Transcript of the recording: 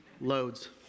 Loads